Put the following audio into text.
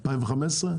2015?